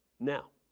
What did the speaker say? now,